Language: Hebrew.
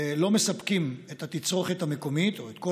לא מספקים את כל התצרוכת המקומית,